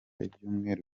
ibyumweru